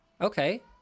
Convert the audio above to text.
okay